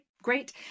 Great